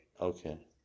okay